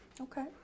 Okay